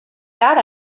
that